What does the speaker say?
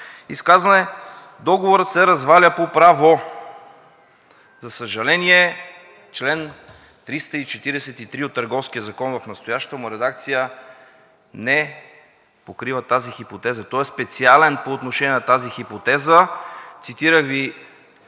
изказване, „договорът се разваля по право.“ За съжаление, чл. 343 от Търговския закон в настоящата му редакция не покрива тази хипотеза. Той е специален по отношение на тази хипотеза. Цитирах Ви